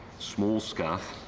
small scuff,